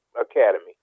academy